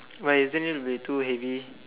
why isn't it will be too heavy